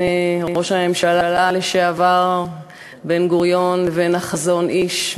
ראש הממשלה לשעבר בן-גוריון לבין החזון אי"ש,